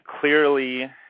clearly